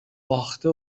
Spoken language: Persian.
باخته